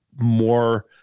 more